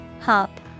Hop